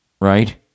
right